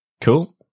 Cool